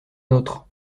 nôtre